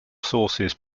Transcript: sources